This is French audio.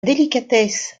délicatesse